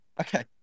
Okay